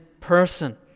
person